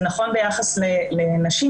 זה נכון ביחס לנשים,